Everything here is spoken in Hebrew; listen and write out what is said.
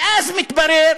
ואז מתברר